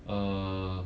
err